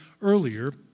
earlier